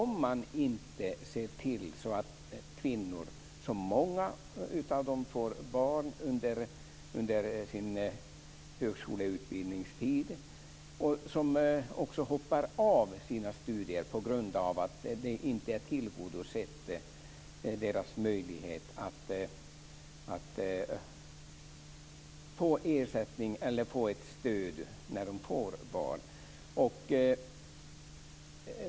Många kvinnor får barn under sin högskoleutbildningstid och hoppar också av sina studier på grund av att deras möjlighet att få ersättning eller stöd när de får barn inte är tillgodosedd.